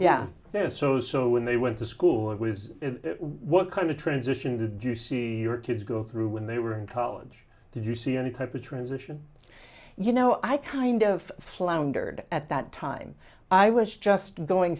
there so so when they went to school it was what kind of transition did you see your kids go through when they were in college did you see any type of transition you know i kind of floundered at that time i was just going